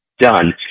done